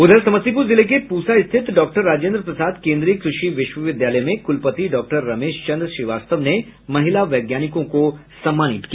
उधर समस्तीपुर जिले के पूसा स्थित डॉक्टर राजेन्द्र प्रसाद केन्द्रीय कृषि विश्वविद्यालय में कुलपति डॉक्टर रमेश चंद्र श्रीवास्तव ने महिला वैज्ञानिकों को सम्मानित किया